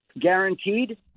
guaranteed